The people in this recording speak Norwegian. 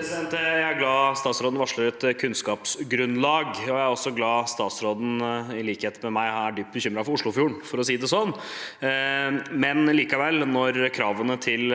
Jeg er glad statsråden varslet om et kunnskapsgrunnlag, og jeg er også glad statsråden i likhet med meg er dypt bekymret for Oslofjorden, for å si det sånn. Men likevel: Når kravene til